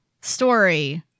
story